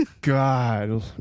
God